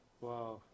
Wow